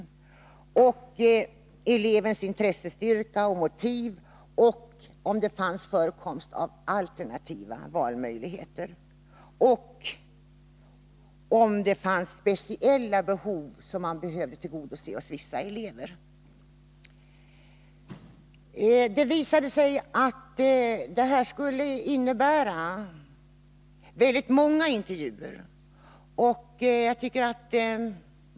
Man skulle vidare se på elevens intresse och motiv och om det fanns alternativa valmöjligheter. Man skulle även ta hänsyn till om det fanns speciella behov hos vissa elever att tillgodose. Det visade sig att det skulle bli fråga om väldigt många intervjuer.